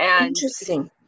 Interesting